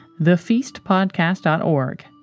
thefeastpodcast.org